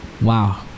wow